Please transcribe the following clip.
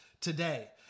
today